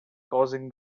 causing